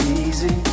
easy